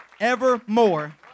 evermore